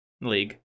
League